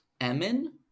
Emin